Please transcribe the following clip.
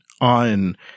on